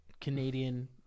Canadian